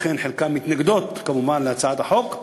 אכן חלקן מתנגדות כמובן להצעת החוק.